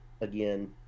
Again